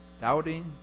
Doubting